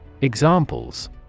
Examples